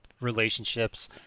relationships